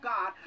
God